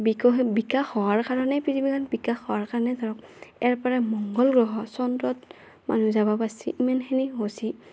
বিকশিত বিকাশ হোৱাৰ কাৰণে পৃথিৱীখন বিকাশ হোৱাৰ কাৰণে ধৰক ইয়াৰ পৰা মংগল গ্ৰহ চন্দ্ৰত মানুহ যাবা পাৰছি ইমেনখিনি হৈছি